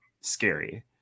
scary